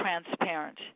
transparent